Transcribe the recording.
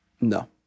No